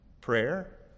Prayer